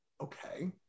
okay